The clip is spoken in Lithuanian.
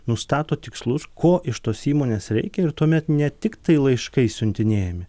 nustato tikslus ko iš tos įmonės reikia ir tuomet ne tiktai laiškai siuntinėjami